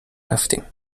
رفتیم